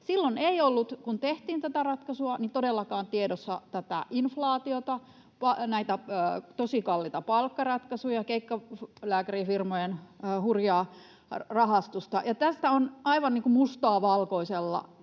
Silloin, kun tehtiin tätä ratkaisua, ei ollut todellakaan tiedossa tätä inflaatiota, näitä tosi kalliita palkkaratkaisuja, keikkalääkärifirmojen hurjaa rahastusta, ja tästä on aivan mustaa valkoisella.